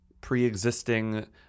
pre-existing